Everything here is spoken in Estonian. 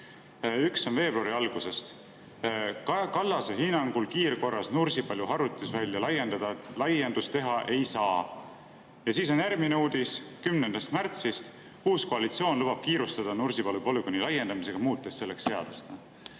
Üks on veebruari algusest: "Kaja Kallase hinnangul kiirkorras Nursipalu harjutusvälja laiendust teha ei saa". Siis on järgmine uudis 10. märtsist: uus koalitsioon lubab kiirustada Nursipalu polügooni laiendamisega, muutes selleks seadust.